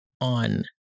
on